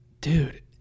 Dude